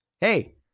hey